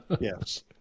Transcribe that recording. Yes